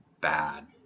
bad